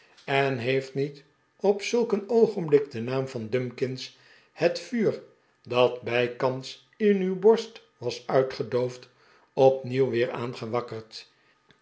en heeft niet op zulk een oogenblik de naam van dunikins het vuur dat bijkans in uw borst was uitgedoofd opnieuw weer aangewakkerd